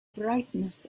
brightness